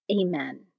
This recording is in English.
Amen